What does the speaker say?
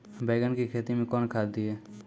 बैंगन की खेती मैं कौन खाद दिए?